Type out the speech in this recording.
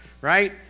right